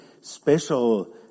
special